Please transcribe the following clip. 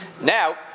Now